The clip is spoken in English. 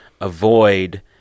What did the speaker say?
avoid